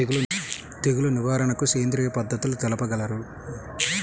తెగులు నివారణకు సేంద్రియ పద్ధతులు తెలుపగలరు?